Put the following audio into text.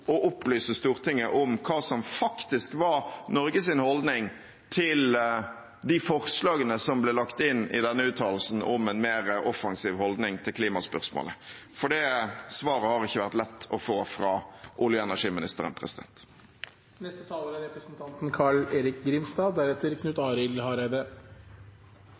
å opplyse Stortinget om hva som faktisk var Norges holdning til de forslagene som ble lagt inn i den uttalelsen om en mer offensiv holdning til klimaspørsmålet, for det svaret har det ikke vært lett å få fra olje- og energiministeren. Det er